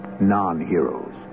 non-heroes